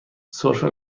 سرفه